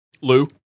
Lou